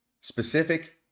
specific